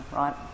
right